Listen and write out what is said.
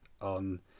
on